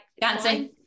dancing